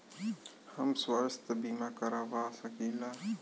हम स्वास्थ्य बीमा करवा सकी ला?